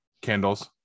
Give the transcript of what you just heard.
candles